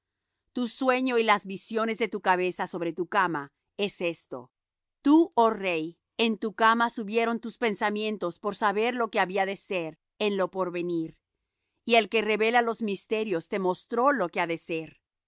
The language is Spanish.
tu sueño y las visiones de tu cabeza sobre tu cama es esto tú oh rey en tu cama subieron tus pensamientos por saber lo que había de ser en lo por venir y el que revela los misterios te mostró lo que ha de ser